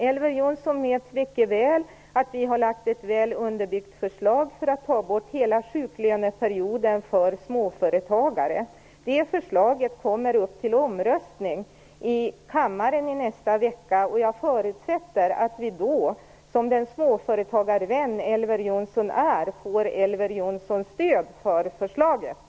Elver Jonsson vet mycket väl att vi har lagt fram ett väl underbyggt förslag om att ta bort hela sjuklöneperioden för småföretagare. Det förslaget kommer upp till omröstning i kammaren i nästa vecka, och jag förutsätter att vi då får Elver Jonssons stöd för förslaget, eftersom han är en småföretagarvän.